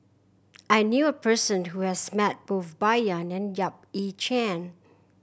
I knew a person who has met both Bai Yan and Yap Ee Chian